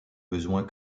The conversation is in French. besoin